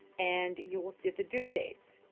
and you will see the due dates,